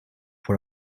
for